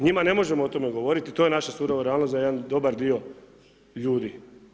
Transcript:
Njima ne možemo to govoriti to je naša surova realnost za jedan dobar dio ljudi.